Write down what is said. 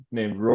named